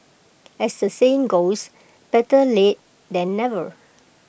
as the saying goes better late than never